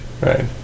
right